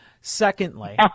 Secondly